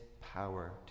power